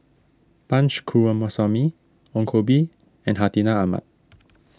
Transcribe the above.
Punch Coomaraswamy Ong Koh Bee and Hartinah Ahmad